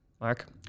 Mark